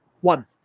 One